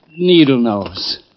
Needlenose